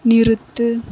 நிறுத்து